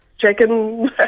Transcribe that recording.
chicken